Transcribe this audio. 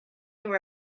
nor